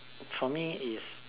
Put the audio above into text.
for me is